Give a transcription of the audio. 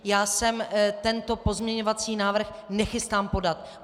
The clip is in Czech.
Já se tento pozměňovací návrh nechystám podat.